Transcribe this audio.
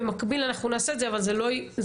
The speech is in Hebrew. במקביל אנחנו נעשה את זה אבל זה לא יעכב